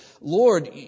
Lord